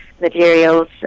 materials